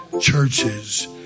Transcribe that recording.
churches